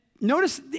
notice